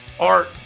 art